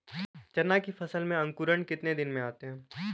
चना की फसल में अंकुरण कितने दिन में आते हैं?